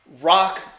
rock